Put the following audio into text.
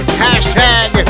hashtag